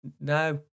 no